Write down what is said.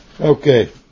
Okay